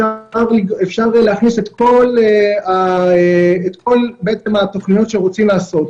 אפשר להכניס את כל התוכניות שרוצים לעשות,